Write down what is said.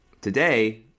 today